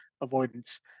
avoidance